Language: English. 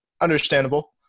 understandable